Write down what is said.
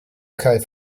kite